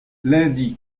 lundi